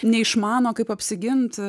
neišmano kaip apsigint